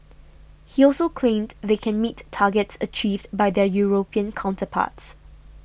he also claimed they can meet targets achieved by their European counterparts